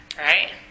Right